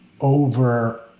over